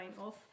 off